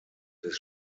des